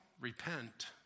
repent